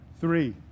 three